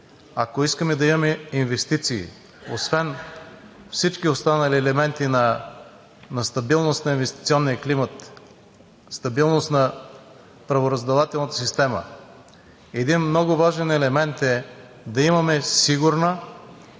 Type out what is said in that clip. ако искаме да имаме инвестиции, освен всички останали елементи на стабилност на инвестиционния климат, стабилност на правораздавателната система, един много важен елемент е да имаме сигурна